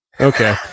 Okay